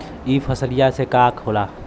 ई फसलिया से का होला?